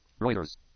Reuters